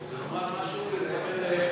זה לומר משהו ולהתכוון להפך.